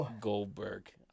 Goldberg